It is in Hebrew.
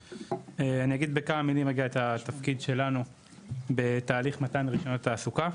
אני אגיד בכמה מילים על התפקיד שלנו בתהליך מתן הרישיונות תעסוקה.